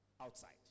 outside